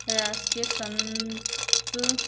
राष्ट्रीय संत